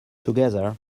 together